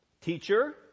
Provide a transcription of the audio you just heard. Teacher